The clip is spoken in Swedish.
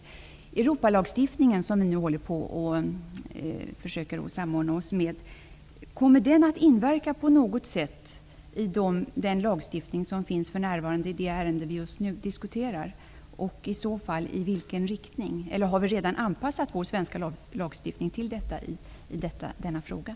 Kommer Europalagstiftningen, som vi nu håller på att samordna oss med, att inverka på något sätt när det gäller den nuvarande lagstiftning som är aktuell för det ärende som vi nu diskuterar, och i så fall i vilken riktning? Eller har vi redan anpassat vår svenska lagstiftning i det här fallet?